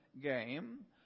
game